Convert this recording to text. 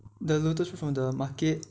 the lotus root from the market